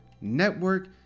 Network